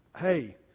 hey